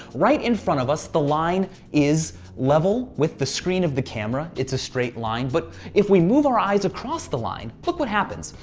right in front of us the line is level with the screen of the camera it's a straight line but if we move our eyes across the line, look what happens.